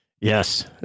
Yes